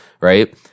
right